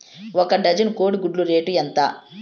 ఒక డజను కోడి గుడ్ల రేటు ఎంత?